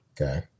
Okay